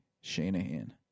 Shanahan